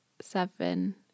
seven